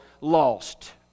lost